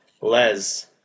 Les